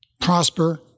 prosper